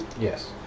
Yes